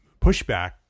pushback